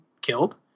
killed